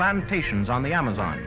plantations on the amazon